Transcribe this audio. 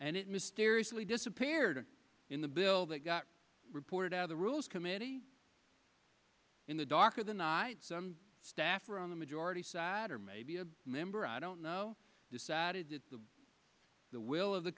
and it mysteriously disappeared in the bill that got reported out of the rules committee in the dark of the night some staffer on the majority side or maybe a member i don't know decided that the will of the